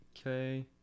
Okay